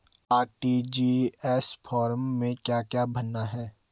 RTGS form में क्या क्या भरना है?